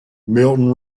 milton